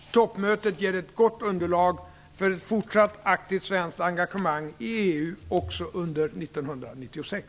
Toppmötet ger ett gott underlag för ett fortsatt aktivt svenskt engagemang i EU också under 1996.